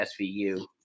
SVU